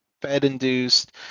Fed-induced